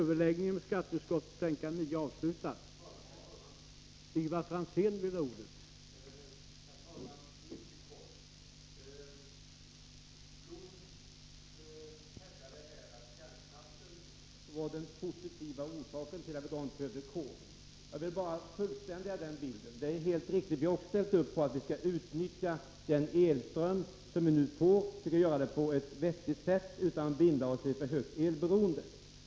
Herr talman! Mycket kort. Herr Blom hävdade att kärnkraften var den positiva orsaken till att vi inte behövde ha kol. Jag vill fullständiga den biten. Det är helt riktigt. Vi ställer också upp på att vi skall utnyttja den elström som vi nu får på ett vettigt sätt utan elberoende.